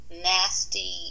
nasty